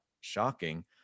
shocking